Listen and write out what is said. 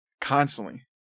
constantly